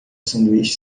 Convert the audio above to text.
sanduíche